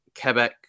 Quebec